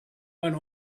went